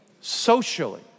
socially